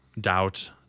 doubt